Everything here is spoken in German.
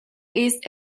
ist